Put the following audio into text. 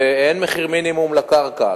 ואין מחיר מינימום לקרקע,